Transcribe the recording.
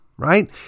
right